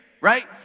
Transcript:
right